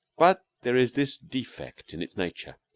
but there is this defect in its nature